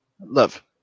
love